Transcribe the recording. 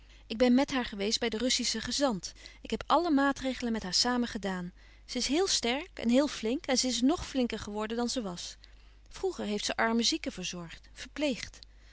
ik ben met haar geweest bij den russischen gezant ik heb alle maatregelen met haar samen gedaan ze is heel sterk en heel flink en ze is ng flinker geworden dan ze was vroeger heeft ze arme zieken verzorgd